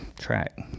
track